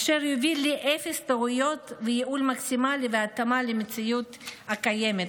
אשר יביא לאפס טעויות וייעול מקסימלי והתאמה למציאות הקיימת.